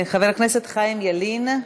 חבר הכנסת חיים ילין,